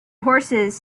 horses